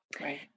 right